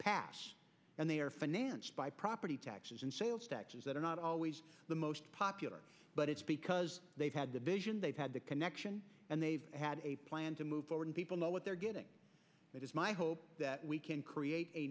pass and they are financed by property taxes and sales taxes that are not always the most popular but it's because they've had the vision they've had the connection and they've had a plan to move forward people know what they're getting but it's my hope that we can create a